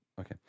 Okay